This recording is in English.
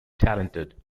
talented